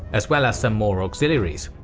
as well as some more auxiliaries.